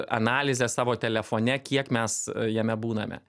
analizę savo telefone kiek mes jame būname